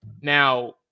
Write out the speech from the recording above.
now